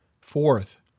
Fourth